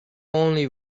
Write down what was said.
only